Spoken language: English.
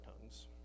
tongues